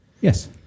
yes